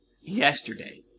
yesterday